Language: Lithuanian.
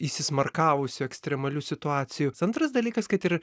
įsismarkavusių ekstremalių situacijų antras dalykas kad ir